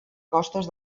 costes